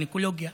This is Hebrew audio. גינקולוגיה,